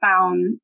found